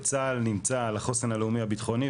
צה"ל נמצא על החוסן הלאומי הביטחוני,